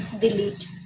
delete